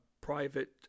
Private